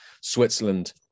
Switzerland